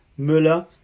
Müller